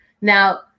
Now